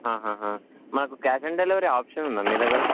మాకు cash on delivery option ఉందా మీ దగ్గర